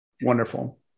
Wonderful